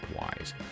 wise